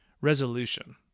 resolution